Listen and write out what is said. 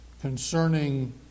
concerning